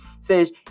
says